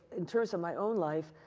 in terms of my own life,